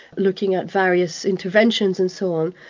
looking at various interventions and so on,